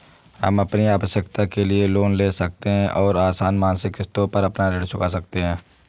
हम अपनी आवश्कता के लिए लोन ले सकते है और आसन मासिक किश्तों में अपना ऋण चुका सकते है